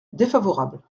défavorable